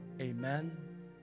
Amen